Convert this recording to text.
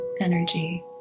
energy